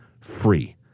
free